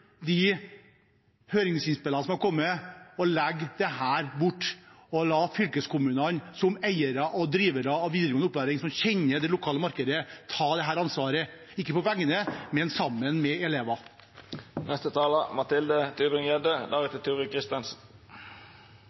de høringsinnspillene som har kommet, og legg dette bort. La fylkeskommunene, som eiere og drivere av videregående opplæring, og som kjenner det lokale markedet, ta dette ansvaret – ikke på vegne av, men sammen med